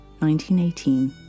1918